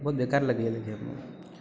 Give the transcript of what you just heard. बहुत बेकार लगले रहियै देखैमे